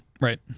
right